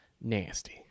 Nasty